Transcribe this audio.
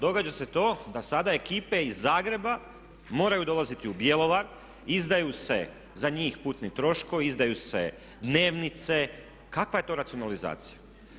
Događa se to da sada ekipe iz Zagreba moraju dolaziti u Bjelovar, izdaju se za njih putni troškovi, izdaju se dnevnice, kakva je to racionalizacija?